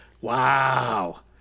Wow